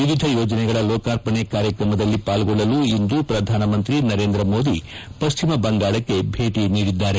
ವಿವಿಧ ಯೋಜನೆಗಳ ಲೋಕಾರ್ಪಣೆ ಕಾರ್ಯಕ್ರಮದಲ್ಲಿ ಪಾಲ್ಗೊಳ್ಳಲು ಇಂದು ಪ್ರಧಾನಮಂತ್ರಿ ನರೇಂದ್ರ ಮೋದಿ ಪಶ್ಚಿಮ ಬಂಗಾಳಕ್ಕೆ ಭೇಟ ನೀಡಿದ್ದಾರೆ